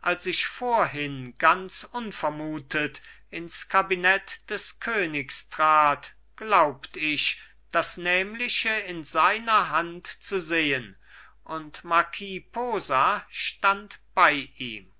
als ich vorhin ganz unvermutet ins kabinett des königs trat glaubt ich das nämliche in seiner hand zu sehen und marquis posa stand bei ihm